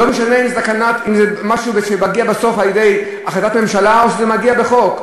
לא משנה אם זה משהו שמגיע בסוף על-ידי החלטת ממשלה או שזה מגיע בחוק.